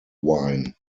wine